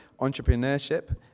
entrepreneurship